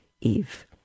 Eve